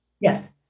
Yes